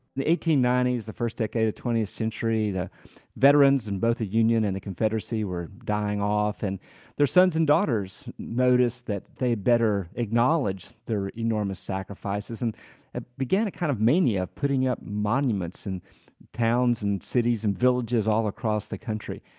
the eighteen ninety s the first-decade twentieth century that veterans in both the union and the confederacy were dying off. their sons and daughters noticed that they better acknowledge their enormous sacrifices and ah began a kind of mania, putting up monuments in towns, and cities and villages all across the country.